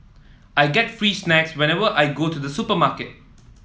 I get free snacks whenever I go to the supermarket